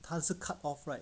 她是 cut off right